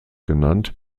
genannt